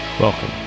Welcome